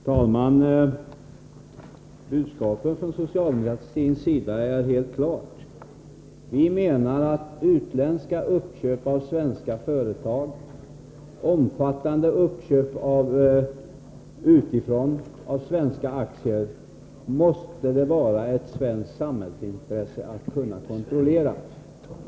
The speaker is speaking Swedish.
Herr talman! Budskapet från socialdemokratins sida är helt klart. Vi menar att det måste vara ett svenskt samhällsintresse att kunna kontrollera utländska uppköp av svenska företag och omfattande uppköp utifrån av svenska aktier.